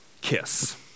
Kiss